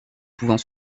pouvant